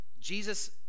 Jesus